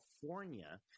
California